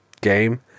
game